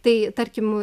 tai tarkim